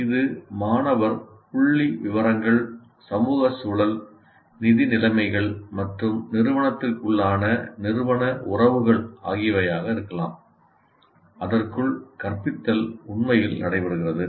இது மாணவர் புள்ளிவிவரங்கள் சமூக சூழல் நிதி நிலைமைகள் மற்றும் நிறுவனத்திற்குள்ளான நிறுவன உறவுகள் ஆகியவையாக இருக்கலாம் அதற்குள் கற்பித்தல் உண்மையில் நடைபெறுகிறது